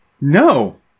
No